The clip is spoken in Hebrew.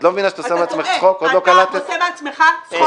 את לא מבינה שאת עושה מעצמך צחוק, עוד לא קלטת.